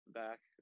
back